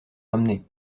ramenée